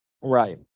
Right